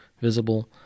visible